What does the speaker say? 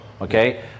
Okay